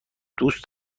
دوست